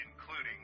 including